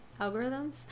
Algorithms